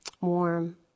warm